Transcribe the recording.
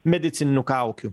medicininių kaukių